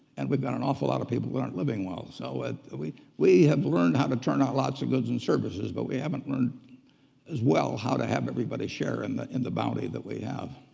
and we've got an awful lot of people that aren't living well. so ah we we have learned how to turn out lots of goods and services, but we haven't learned as well how to have everybody share and in the bounty that we have.